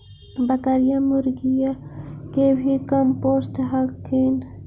बकरीया, मुर्गीया के भी कमपोसत हखिन?